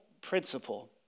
principle